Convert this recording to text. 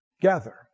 gather